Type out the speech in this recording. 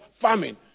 famine